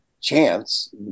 chance